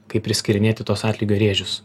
kaip priskirinėti tuos atlygio rėžius